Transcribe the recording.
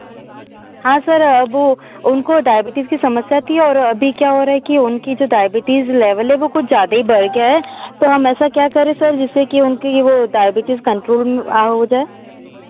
हाँ सर वह उनको डायबिटीज की समस्या थी और अभी क्या हो रहा है कि उनकी जो डायबिटीज लेवल है वह कुछ ज़्यादा ही बढ़ गया है तो हम ऐसा क्या करें सर जिससे कि उनकी वह डायबिटीज कंट्रोल में हो जाए